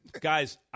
Guys